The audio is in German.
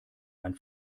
ein